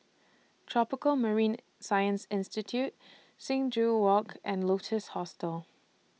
Tropical Marine Science Institute Sing Joo Walk and Lotus Hostel